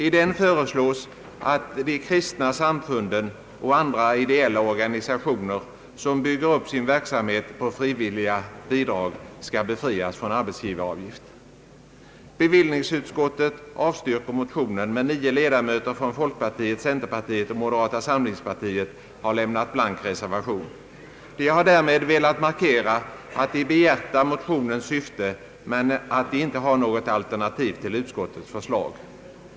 I den föreslås att de kristna samfunden och andra ideella organisationer, som bygger sin verksamhet på frivilliga bidrag, skall befrias från arbetsgivaravgift. Bevillningsutskottet avstyrker motionen, men nio ledamöter från folkpartiet, centerpartiet och moderata samlingspartiet har lämnat en blank reservation. De har därmed velat markera att de behjärtar motionens syfte men att de inte har något alternativ till utskottets förslag.